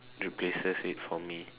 replaces it for me